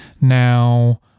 Now